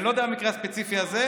אני לא יודע לגבי המקרה הספציפי הזה.